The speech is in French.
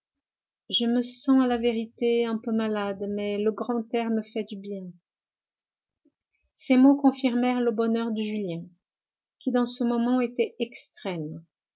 je me sens à la vérité un peu malade mais le grand air me fait du bien ces mots confirmèrent le bonheur de julien qui dans ce moment était extrême